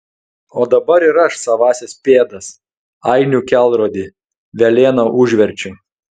o dabar ir aš savąsias pėdas ainių kelrodį velėna užverčiu